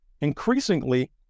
increasingly